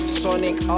sonic